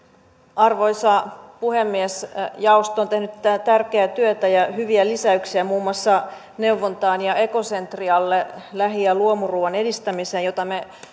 arvoisa puhemies jaosto on tehnyt tärkeää työtä ja hyviä lisäyksiä muun muassa neuvontaan ja ekocentrialle lähi ja luomuruuan edistämiseen jota me